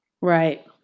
Right